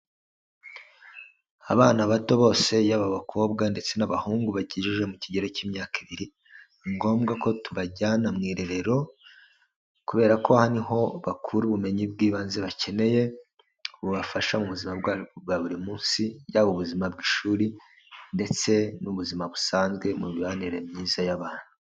Abana bato bose yaba abakobwa ndetse n'abahungu bagejeje mu kigero k'imyaka ibiri, ni ngombwa ko tubajyana mu irerero kubera ko ni ho bakura ubumenyi bw'ibanze bakeneye, bubafasha mu buzima bwabo bwa buri munsi, yaba ubuzima bw'ishuri ndetse n'ubuzima busanzwe mu mibanire myiza y'abantu.